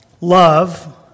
love